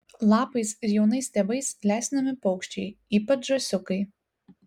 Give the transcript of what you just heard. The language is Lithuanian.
lapais ir jaunais stiebais lesinami paukščiai ypač žąsiukai